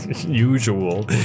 usual